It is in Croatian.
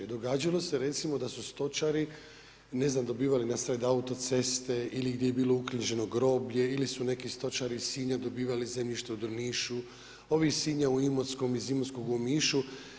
Događalo se recimo, da su stočari, ne znam, dobivali na sred autoceste ili gdje je bilo uknjiženo groblje ili su neki stočari iz Sinja dobivali zemljišta u Drnišu, ovi iz Sinja u Imotskom, iz Imotskog u Omišu.